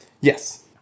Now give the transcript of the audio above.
yes